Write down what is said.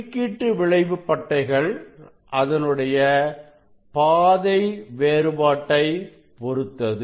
குறுக்கீட்டு விளைவு பட்டைகள் அதனுடைய பாதை வேறுபாட்டை பொருத்தது